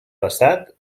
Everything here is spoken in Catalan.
passat